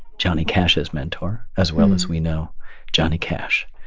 johnny cash's mentor, as well as we know johnny cash.